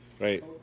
Right